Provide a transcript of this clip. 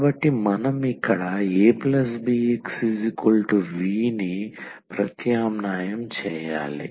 కాబట్టి మనం ఇక్కడ abxv ని ప్రత్యామ్నాయం చేయాలి